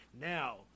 Now